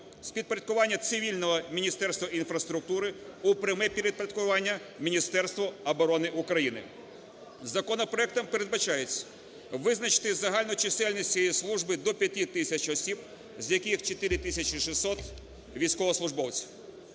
з підпорядкування цивільного Міністерства інфраструктури у пряме підпорядкування Міністерству оборони України. Законопроектом передбачається визначити загальну чисельність цієї служби до 5 тисяч осіб, з яких 4 тисячі 600 – військовослужбовці.